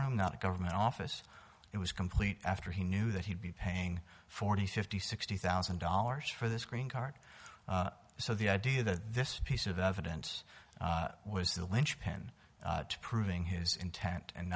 room not a government office it was complete after he knew that he'd be paying forty fifty sixty thousand dollars for this green card so the idea that this piece of evidence was the linchpin to proving his intent and